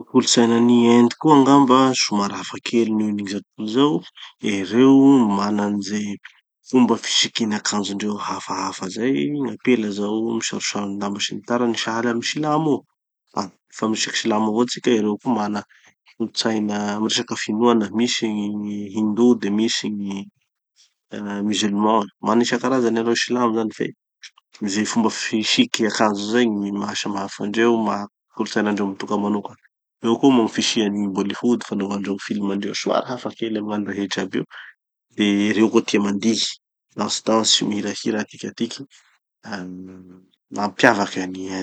Gny kolotsainan'i Inde koa angamba somary hafa kely nohon'izao tontolo izao. Ereo mana anizay fomba fisikina akanjondreo hafahafa zay. Gn'apela zao, misarosaron-damba sy ny tariny, sahala amy silamo io, ah fa miresaky silamo avao tsika, ereo koa mana kolotsaina, ohatry zao resaky finoana, misy gny hindou, de misy gny ah musulmans. Maro isankarazany zany i silamo zany fe, ze fomba fisiky akanjo zay gny maha samy hafa andreo, maha- kolotsainandreo mitoka manoka. Eo koa moa gny fisian'ny gny bollyhood fanovandreo gny film-ndreo somary hafa kely amy gn'any rehetra aby io. De ereo koa tia mandihy, danse danse, mihirahira atiky atiky. Ah mampiavaky an'i Inde.